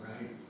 right